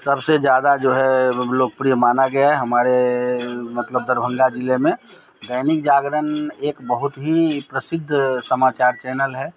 सबसे ज़्यादा जो है लोकप्रिय माना गया है हमारे मतलब दरभंगा ज़िले में दैनिक जागरण एक बहुत ही प्रसिद्ध समाचार चैनल है